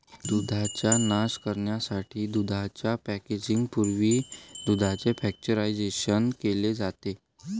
जंतूंचा नाश करण्यासाठी दुधाच्या पॅकेजिंग पूर्वी दुधाचे पाश्चरायझेशन केले जाते